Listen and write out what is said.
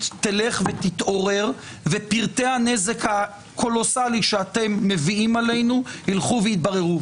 תלך ותתעורר ופרטי הנזק הקולוסלי שאתם מביאים עלינו ילכו והתבררו.